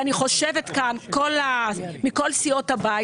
לכן המודל שהם נתנו לך הוא מודל שהם עשו בשביל מה שנקרא לצאת ידי